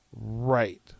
Right